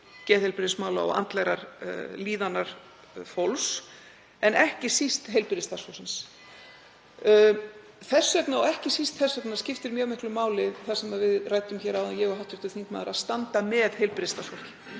geðheilbrigðismála og andlegrar líðanar fólks en ekki síst heilbrigðisstarfsfólksins. Þess vegna og ekki síst þess vegna skiptir mjög miklu máli það sem við ræddum hér áðan, ég og hv. þingmaður, að standa með heilbrigðisstarfsfólki